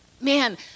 man